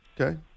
Okay